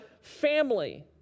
family